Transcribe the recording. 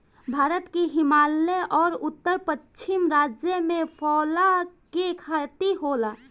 भारत के हिमालय अउर उत्तर पश्चिम राज्य में फैला के खेती होला